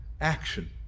action